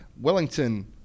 Wellington